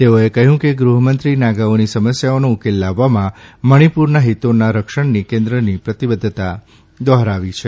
તેઓએ કહ્યું કે ગૃહમંત્રી નાગાઓની સમસ્યાનો ઉકેલ લાવવામાં મણીપુરના હિતોના રક્ષણની કેન્દ્રની પ્રતિબધ્ધતા દોહરાવી છે